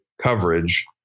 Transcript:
coverage